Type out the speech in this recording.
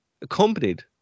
accompanied